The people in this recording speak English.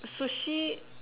sushi